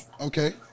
Okay